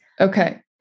Okay